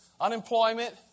unemployment